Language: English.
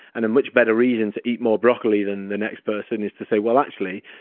and a much better reason to eat more broccoli than the next person is to say, well, actually,